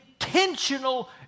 intentional